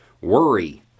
Worry